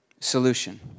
solution